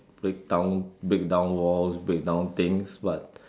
break down break down walls break down things but